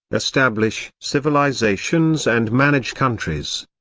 establish civilizations and manage countries.